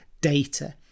data